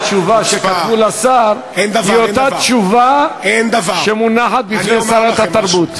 התשובה שכתבו לשר היא אותה תשובה שמונחת בפני שרת התרבות.